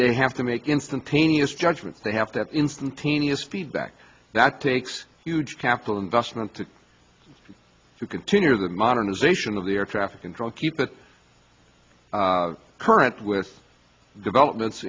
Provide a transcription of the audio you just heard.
they have to make instantaneous judgment they have to have instantaneous feedback that takes huge capital investment to continue the modernization of the air traffic control keep it current with developments